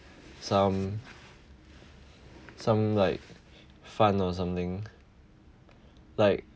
some some like fund or something like